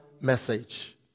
message